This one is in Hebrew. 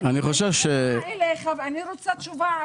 אני רוצה לקבל עכשיו תשובה,